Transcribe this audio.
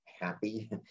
happy